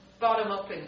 bottom-up